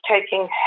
taking